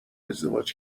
ازدواج